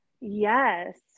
Yes